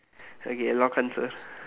okay log our answer